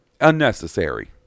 Unnecessary